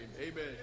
Amen